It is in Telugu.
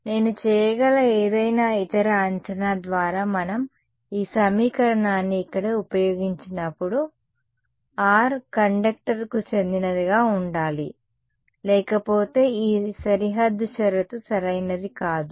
నేను చేయగల ఏదైనా ఇతర అంచనా ద్వారా మనం ఈ సమీకరణాన్ని ఇక్కడ ఉపయోగించినప్పుడు r కండక్టర్కు చెందినదిగా ఉండాలి లేకపోతే ఈ సరిహద్దు షరతు సరైనది కాదు